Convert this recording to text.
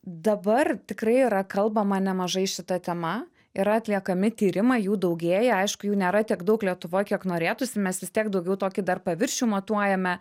dabar tikrai yra kalbama nemažai šita tema yra atliekami tyrimai jų daugėja aišku jų nėra tiek daug lietuvoj kiek norėtųsi mes vis tiek daugiau tokį dar paviršių matuojame